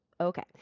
okay